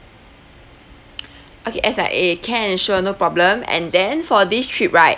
okay S_I_A can sure no problem and then for this trip right